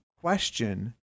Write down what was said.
question